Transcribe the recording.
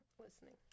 listening